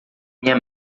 minha